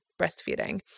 breastfeeding